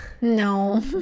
no